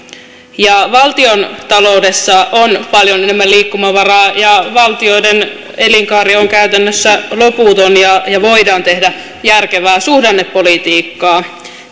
valtiontaloudessa on paljon enemmän liikkumavaraa ja valtioiden elinkaari on käytännössä loputon ja ja voidaan tehdä järkevää suhdannepolitiikkaa